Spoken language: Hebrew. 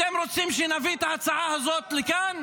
אתם רוצים שנביא את ההצעה הזאת לכאן?